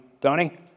Tony